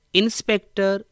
inspector